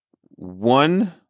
one